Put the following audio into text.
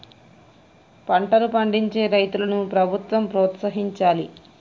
పంటలు పండించే రైతులను ప్రభుత్వం ప్రోత్సహించాలి